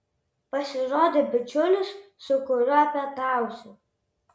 pasirodė bičiulis su kuriuo pietausiu